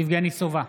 יבגני סובה,